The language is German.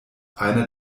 einer